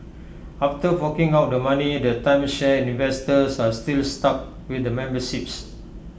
after forking out the money the timeshare investors are still stuck with the memberships